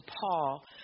Paul